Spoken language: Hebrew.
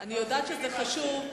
אני יודעת שזה חשוב,